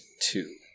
two